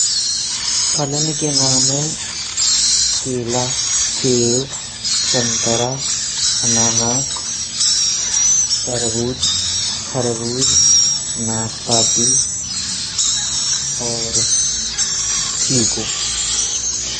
फलन के नाम हैं केला, सेब, संतरा, अनानास, तरबूज़, करबूज़ और चीकू।